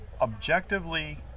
objectively